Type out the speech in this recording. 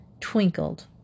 twinkled